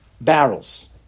barrels